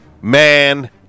Man